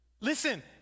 Listen